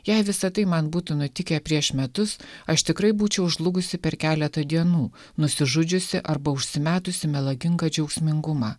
jei visa tai man būtų nutikę prieš metus aš tikrai būčiau žlugusi per keletą dienų nusižudžiusi arba užsimetusi melagingą džiaugsmingumą